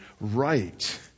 right